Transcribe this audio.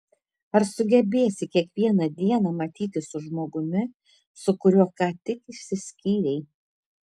ar sugebėsi kiekvieną dieną matytis su žmogumi su kuriuo ką tik išsiskyrei